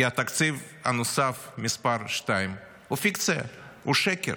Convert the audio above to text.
כי התקציב הנוסף מס' 2, הוא פיקציה, הוא שקר.